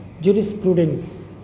jurisprudence